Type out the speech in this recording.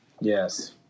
Yes